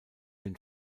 den